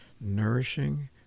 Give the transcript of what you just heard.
nourishing